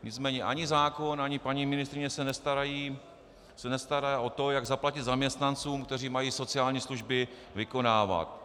Nicméně ani zákon, ani paní ministryně se nestará o to, jak zaplatit zaměstnancům, kteří mají sociální služby vykonávat.